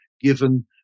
given